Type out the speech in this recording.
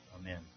Amen